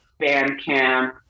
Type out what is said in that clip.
Bandcamp